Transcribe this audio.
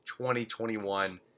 2021